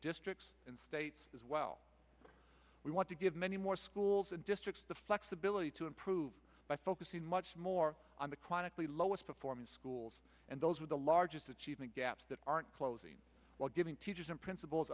districts and states as well we want to give many more schools and districts the flexibility to improve by focusing much more on the clinically lowest performing schools and those are the largest achievement gaps that aren't closing while giving teachers and principals